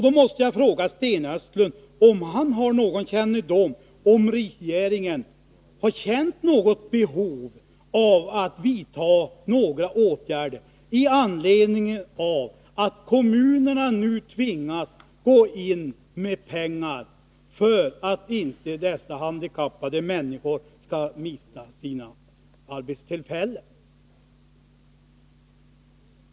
Då måste jag fråga: Har Sten Östlund någon kännedom om huruvida regeringen har känt något behov av att vidta åtgärder i anledning av att kommunerna tvingas gå in med pengar för att de handikappade människorna inte skall mista sina arbeten?